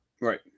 Right